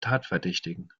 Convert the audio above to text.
tatverdächtigen